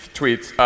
tweets